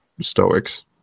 Stoics